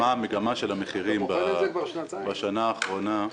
מה המגמה של המחירים בשנה האחרונה.